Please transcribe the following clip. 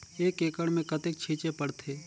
एक एकड़ मे कतेक छीचे पड़थे?